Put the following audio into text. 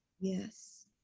Yes